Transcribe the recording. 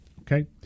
okay